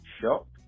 shop